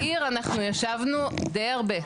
או עם באי כוחו ועם מהנדס העיר אנחנו ישבנו די הרבה.